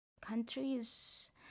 countries